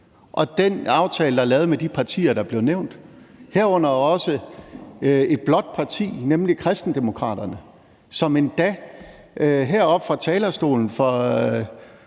lavet aftaler med de partier, der er blevet nævnt, herunder også et blåt parti, nemlig Kristendemokraterne, som endda her fra talerstolen for